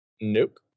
Nope